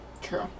True